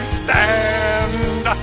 stand